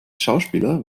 schauspieler